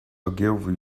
ogilvy